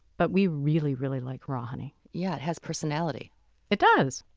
but we really really like raw honey yeah it has personality it does!